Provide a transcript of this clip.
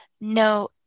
no